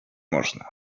można